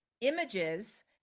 images